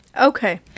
Okay